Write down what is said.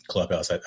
Clubhouse